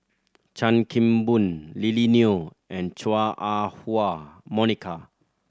Chan Kim Boon Lily Neo and Chua Ah Huwa Monica